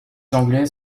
anglais